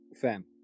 fam